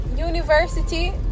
University